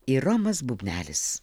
ir romas bubnelis